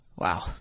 Wow